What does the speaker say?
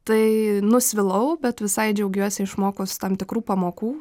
tai nusvilau bet visai džiaugiuosi išmokus tam tikrų pamokų